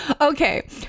okay